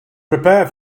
prepare